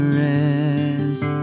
rest